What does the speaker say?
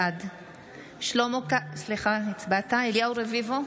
בעד אליהו רביבו,